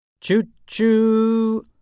Choo-choo